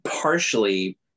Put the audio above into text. partially